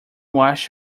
wash